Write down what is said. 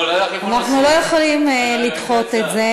לא,